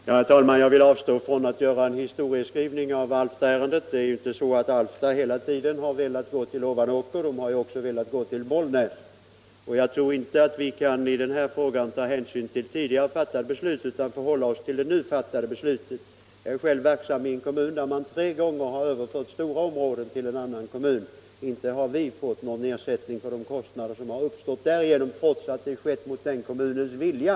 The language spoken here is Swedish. Herr talman! Jag avstår från att göra en historieskrivning i Alftaärendet. Alfta har inte hela tiden velat gå över till Ovanåkers kommun, man har också velat gå till Bollnäs. Jag tror inte att vi i den här frågan kan ta hänsyn till ett tidigare fattat beslut, utan vi får hålla oss till det nu fattade beslutet. Jag är själv verksam i en kommun där man tre gånger har överfört stora områden till en annan kommun. Inte har vi fått någon ersättning för de kostnader som uppstått därigenom trots att detta skett mot ifrågavarande kommuns vilja.